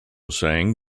sang